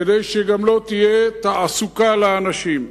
כדי שגם לא תהיה תעסוקה לאנשים,